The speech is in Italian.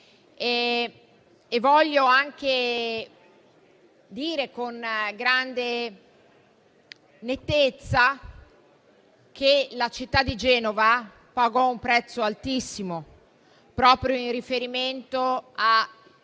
Voglio anche dire con grande nettezza che la città di Genova pagò un prezzo altissimo proprio in riferimento alle